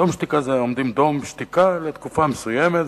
"דום שתיקה" זה עומדים דום שתיקה לתקופה מסוימת,